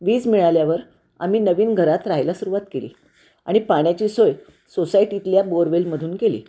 वीज मिळाल्यावर आम्ही नवीन घरात राहायला सुरवात केली आणि पाण्याची सोय सोसायटीतल्या बोअरवेलमधून केली